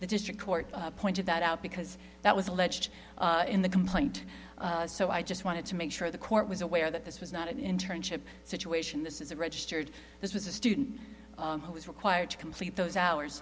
the district court pointed that out because that was alleged in the complaint so i just wanted to make sure the court was aware that this was not an internship situation this is a registered this was a student who was required to complete those hours